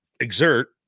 exert